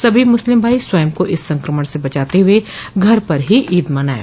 सभी मुस्लिम भाई स्वयं को इस संक्रमण से बचाते हुए घर पर ही ईद मनाएं